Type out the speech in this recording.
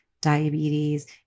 diabetes